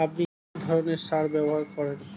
আপনি কী ধরনের সার ব্যবহার করেন?